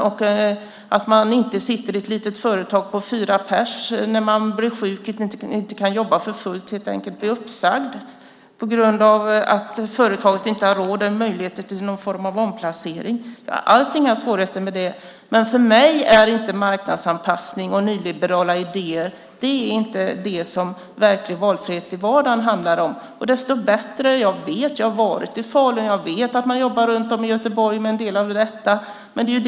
Man ska inte sitta i ett litet företag med fyra personer när man blir sjuk, inte kan jobba för fullt och helt enkelt blir uppsagd på grund av att företaget inte har råd eller möjligheter till en omplacering. Jag har alls inga svårigheter att säga detta, men för mig handlar inte verklig valfrihet i vardagen om marknadsanpassning och nyliberala idéer. Jag har varit i Falun, och jag vet att man jobbar med en del av detta i Göteborg.